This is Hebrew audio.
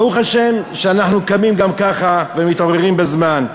ברוך השם שאנחנו קמים גם ככה ומתעוררים בזמן.